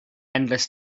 endless